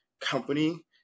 company